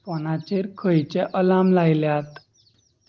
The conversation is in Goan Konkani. फोनाचेर खंयचे अलार्म लायल्यात